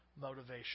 motivation